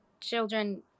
children